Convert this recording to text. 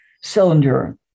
cylinder